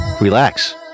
Relax